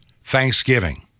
thanksgiving